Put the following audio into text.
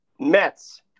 Mets